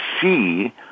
see